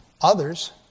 Others